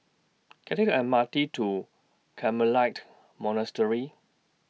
Can I Take M R T to Carmelite Monastery